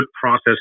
process